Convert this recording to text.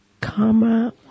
karma